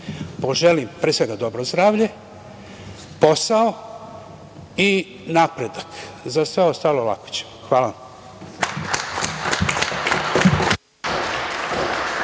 poželim, pre svega, dobro zdravlje, posao i napredak, za sve ostalo lako ćemo. Hvala.